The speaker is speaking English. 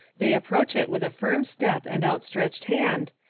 they approach it with a firm step and outstretched hand,